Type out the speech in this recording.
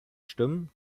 stimmen